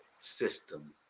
system